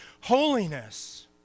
holiness